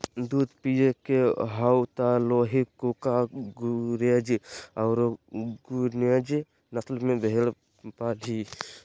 दूध पिये के हाउ त लोही, कूका, गुरेज औरो नुरेज नस्ल के भेड़ पालीहीं